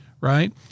right